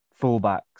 fullbacks